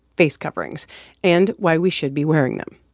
face coverings and why we should be wearing them.